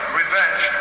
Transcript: revenge